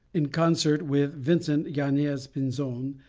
in concert with vincent yanez pinzon,